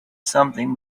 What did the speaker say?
something